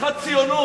אתה מדבר על ציונות?